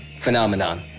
phenomenon